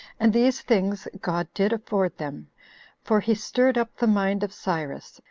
and these things god did afford them for he stirred up the mind of cyrus,